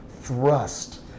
thrust